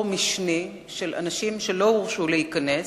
צדדי נוסף של אנשים שלא הורשו להיכנס,